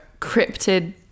cryptid